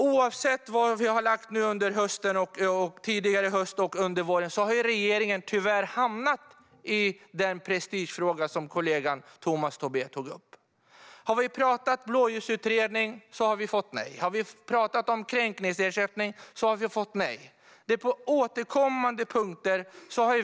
Oavsett vad vi har föreslagit tidigare i höst och under våren har regeringen tyvärr sett det som en prestigefråga, som kollegan Tomas Tobé sa. Har vi talat om Blåljusutredningen har vi fått nej. Har vi talat om kränkningsersättning har vi också fått nej.